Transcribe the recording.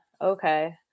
okay